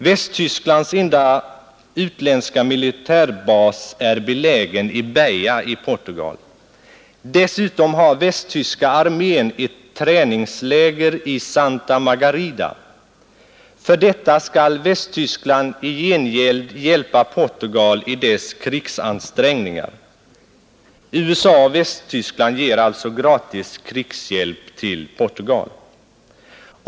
Västtysklands enda utländska militärbas är belägen i Beja i Portugal. Dessutom har västtyska armén ett träningsläger i Santa Margarida. För detta skall Västtyskland i gengäld hjälpa Portugal i dess krigsansträngningar. USA och Västtyskland ger alltså gratis krigshjälp till Portugal.